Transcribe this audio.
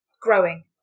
growing